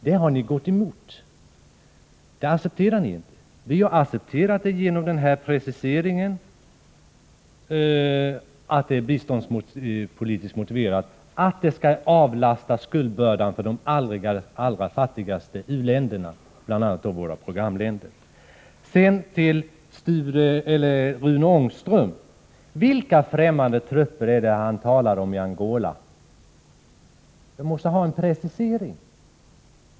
Vi har accepterat den biståndspolitiska motiveringen på grund av den här preciseringen och på grund av att det skall avlasta skuldbördan för de allra fattigaste u-länderna, bl.a. våra programländer. Vilka främmande trupper talar Rune Ångström om när det gäller Angola? Jag måste få en precisering.